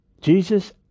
jesus